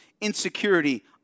insecurity